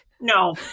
no